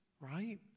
right